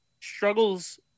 struggles